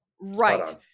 right